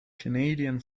canadian